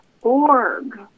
org